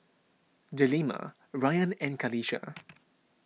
Delima Rayyan and Qalisha